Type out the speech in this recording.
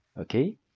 okay